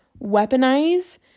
weaponize